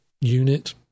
unit